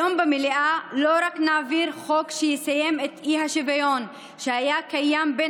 היום במליאה לא רק נעביר חוק שיסיים את האי-שוויון שהיה בין